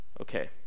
Okay